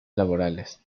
laborales